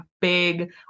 big